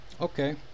Okay